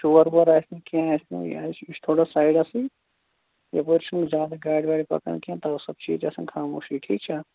شور وور آسہِ نہٕ کیٚنٛہہ آسہِ نہٕ یہِ اَسہِ یہِ چھُ تھوڑا سایڈَسٕے یَپٲرۍ چھُنہٕ زیادٕ گاڑِ واڑِ پَکان کیٚنٛہہ تَوصُب چھِ ییٚتہِ آسان خاموشی ٹھیٖک چھا